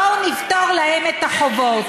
בואו נפתור להם את החובות.